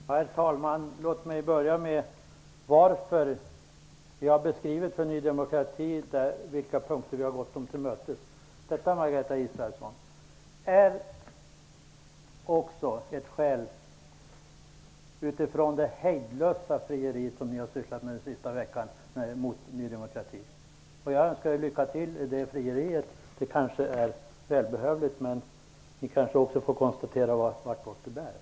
Herr talman! Låt mig börja med att tala om varför jag har beskrivit för dem i Ny demokrati på vilka punkter vi har gått dem till mötes. Det beror på, Margareta Israelsson, det hejdlösa frieri som ni socialdemokrater har sysslat med under den senaste veckan till Ny demokrati. Jag önskar er lycka till i det frieriet; det kanske är välbehövligt. Men ni kanske också kommer att få konstatera vart det bär.